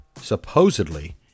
supposedly